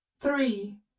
Three